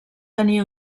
tenir